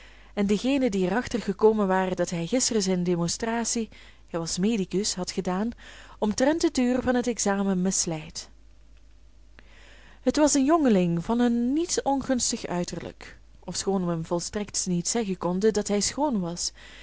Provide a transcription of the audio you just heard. en degenen die er achter gekomen waren dat hij gisteren zijne demonstratie hij was medicus had gedaan omtrent het uur van het examen misleid het was een jongeling van een niet ongunstig uiterlijk ofschoon men volstrekt niet zeggen konde dat hij schoon was